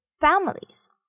families